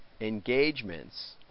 engagements